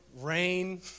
rain